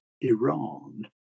Iran